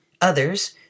Others